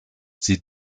sie